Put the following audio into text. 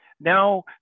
Now